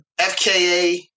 FKA